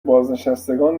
بازنشستگان